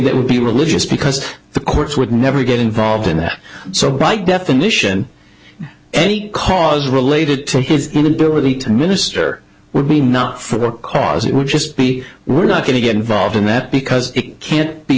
that would be religious because the courts would never get involved in that so by definition any cause related to his inability to minister would be not for cause it would just be we're not going to get involved in that because it can't be